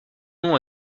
nom